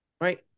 Right